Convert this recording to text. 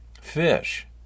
fish